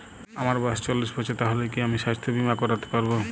আমার বয়স চল্লিশ বছর তাহলে কি আমি সাস্থ্য বীমা করতে পারবো?